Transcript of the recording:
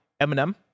Eminem